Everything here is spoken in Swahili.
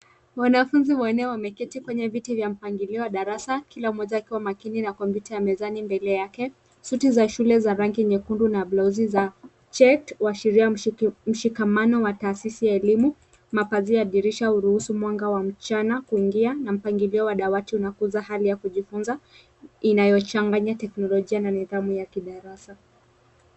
Wanafunzi wanne wameketi kwenye viti vya mpangilio wa darasa kila mmoja akiwa makini na kompyuta ya mezani mbele yake. Suti za shule za rangi nyekundu na blauzi za checked huashiria mshikamano wa taasisi ya elimu, mapazia ya dirisha huruhusu mwanga wa mchana kuingia na mpangilio wa dawati unakuza hali ya kujifunza inayochanyanya teknolojia na nidhamu ya kidarasa.